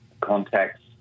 contacts